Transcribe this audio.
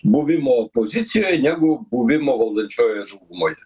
buvimo opozicijoj negu buvimo valdančiojoj daugumoj